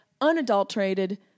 unadulterated